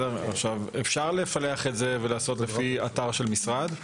אפשר לפלח את זה לפי אתר של משרד,